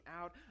out